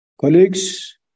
colleagues